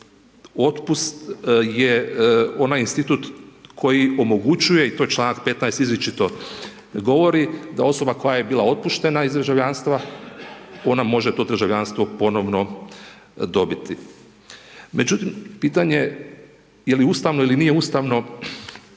otpust je onaj institut koji omogućuje i to čl. 15. izričito govori, da osoba koje je bila otpuštena iz državljanstva, ona može to državljanstvo ponovno dobiti. Međutim, pitanje je je li ustavno ili nije ustavno